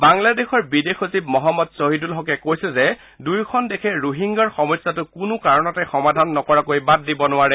বাংলাদেশৰ বিদেশ সচিব মঃ ছাহিদুল হকে কৈছে যে দুয়োখন দেশে ৰোহিংগিয়াৰ সমস্যাটো কোনো কাৰণতে সমাধান নকৰাকৈ বাদ দিব নোৱাৰে